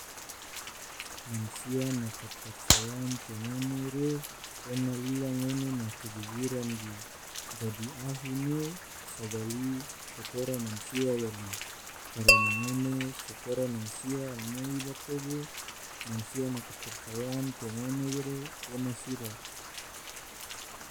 Mansia na kepercayaan te ngone re ona lila ngone na kejujuran ge, dadi ahu ne sagali so kora masia yali karana ngone so kora mansia almoi bato ge, mansia na kepercayaan te ngone re ena sira.